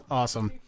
awesome